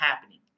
happening